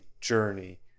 Journey